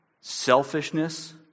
selfishness